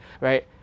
right